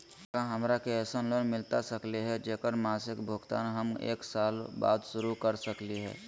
का हमरा के ऐसन लोन मिलता सकली है, जेकर मासिक भुगतान हम एक साल बाद शुरू कर सकली हई?